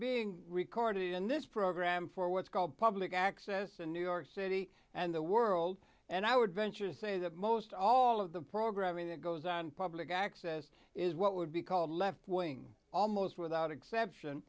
recorded in this program for what's called public access in new york city and the world and i would venture to say that most all of the programming that goes on public access is what would be called left wing almost without exception